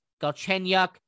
Galchenyuk